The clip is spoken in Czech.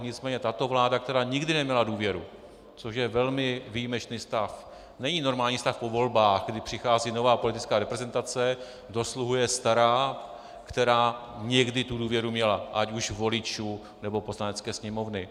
Nicméně tato vláda, která nikdy neměla důvěru, což je velmi výjimečný stav, není normální stav po volbách, kdy přichází nová politická reprezentace, dosluhuje stará, která někdy tu důvěru měla, ať už voličů, nebo Poslanecké sněmovny.